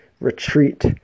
Retreat